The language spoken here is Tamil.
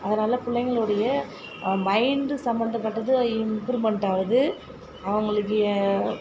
அதனால் பிள்ளைங்களுடைய மைண்டு சம்மந்தப்பட்டது இம்ப்ரூவ்மெண்ட் ஆகுது அவர்களுக்கு